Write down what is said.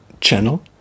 channel